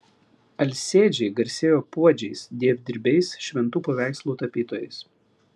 alsėdžiai garsėjo puodžiais dievdirbiais šventų paveikslų tapytojais